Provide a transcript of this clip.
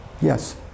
Yes